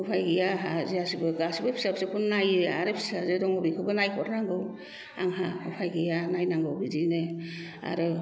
उफाय गैया आंहा गासिबो फिसा फिसौखौनो नायो आरो फिसाजो दङ बेखौबो नायहरनांगौ आंहा उफाय गैया नायनांगौ बिदिनो आरो